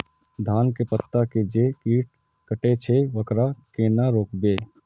धान के पत्ता के जे कीट कटे छे वकरा केना रोकबे?